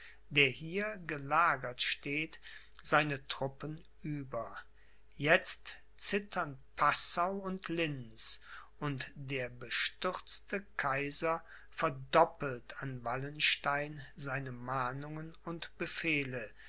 der hier gelagert steht seine truppen über jetzt zittern passau und linz und der bestürzte kaiser verdoppelt an wallenstein seine mahnungen und befehle